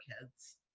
kids